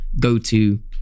go-to